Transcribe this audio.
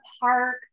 park